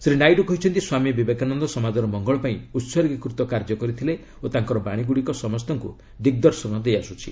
ଶ୍ରୀ ନାଇଡୁ କହିଛନ୍ତି ସ୍ୱାମୀ ବିବେକାନନ୍ଦ ସମାଜର ମଙ୍ଗଳ ପାଇଁ ଉହର୍ଗୀକୃତ କାର୍ଯ୍ୟ କରିଥିଲେ ଓ ତାଙ୍କର ବାଣୀଗୁଡ଼ିକ ସମସ୍ତଙ୍କୁ ଦିଗ୍ଦର୍ଶନ ଦେଇଆସୁଛି